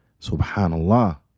Subhanallah